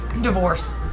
Divorce